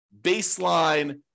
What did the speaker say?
baseline